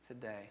today